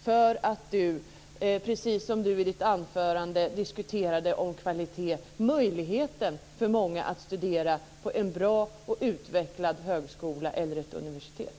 Hon diskuterade ju i sitt anförande kvaliteten och möjligheten för många att studera på en bra och utvecklad högskola eller ett universitet.